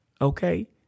okay